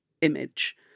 image